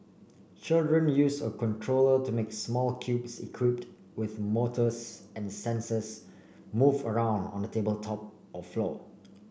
children use a controller to make small cubes equipped with motors and sensors move around on a tabletop or floor